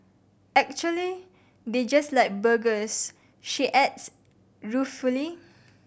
actually they just like burgers she adds ruefully